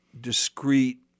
discrete